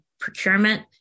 procurement